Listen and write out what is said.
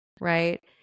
right